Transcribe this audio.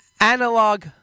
analog